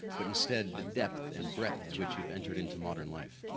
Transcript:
but instead the depth and breadth which you have entered into modern life.